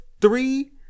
Three